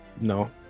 no